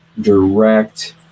direct